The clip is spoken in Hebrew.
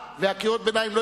וקריאות ביניים הן במשורה,